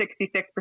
66%